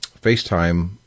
FaceTime